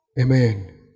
Amen